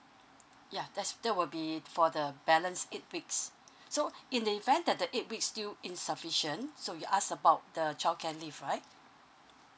ya that's that will be for the balance eight weeks so in the event that the eight weeks still insufficient so you ask about the childcare leave right